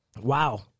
Wow